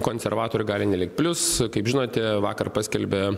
konservatorių gali nelikt plius kaip žinote vakar paskelbė